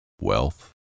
wealth